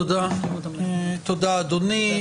תודה, אדוני.